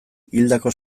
hildako